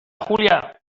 julia